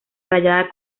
rayada